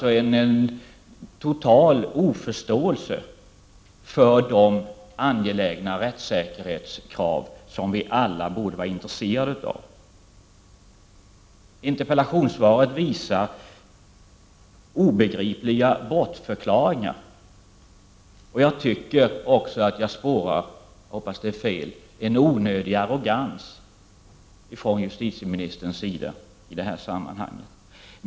Det visar en total oförståelse för de angelägna rättssäkerhetskrav som vi alla borde vara intresserade av. I interpellationssvaret finns obegripliga bortförklaringar. Jag tycker mig också spåra — jag hoppas att det är fel — en onödig arrogans i från justitieministerns sida i det här sammanhanget.